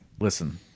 Listen